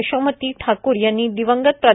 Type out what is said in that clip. यशोमती ठाकूर यांनी दिवंगत प्रा